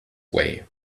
way